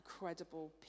incredible